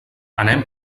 anem